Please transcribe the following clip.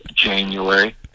January